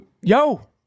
Yo